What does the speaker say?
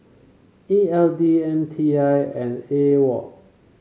E L D M T I and AWOL